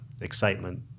excitement